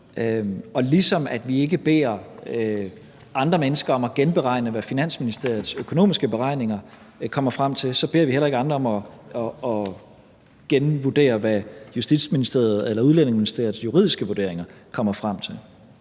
ligesom vi ikke beder andre mennesker om at genberegne, hvad Finansministeriets økonomiske beregninger kommer frem til, så beder vi heller ikke andre om at genvurdere, hvad Justitsministeriet eller Udlændingeministeriets juridiske vurderinger kommer frem til.